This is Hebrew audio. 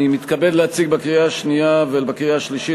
אני מתכבד להציג לקריאה השנייה ולקריאה השלישית